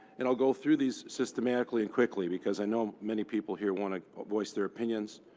and i'll go through these systematically and quickly because i know many people here want to voice their opinions.